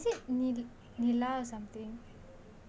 is it ni~ nilla or something